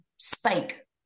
spike